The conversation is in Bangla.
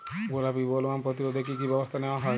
গোলাপী বোলওয়ার্ম প্রতিরোধে কী কী ব্যবস্থা নেওয়া হয়?